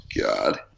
God